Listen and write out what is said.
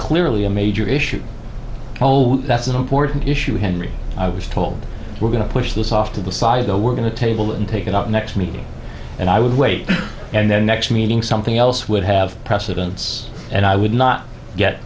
clearly a major issue that's an important issue henry i was told we're going to push this off to the side oh we're going to table and take it up next meeting and i would wait and then next meeting something else would have precedence and i would not get